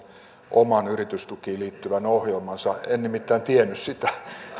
oman yritystukiin liittyvän ohjelmansa en nimittäin tiennyt sitä etukäteen